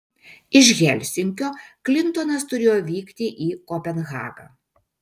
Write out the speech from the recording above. iš helsinkio klintonas turėjo vykti į kopenhagą